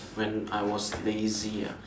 when I was lazy ah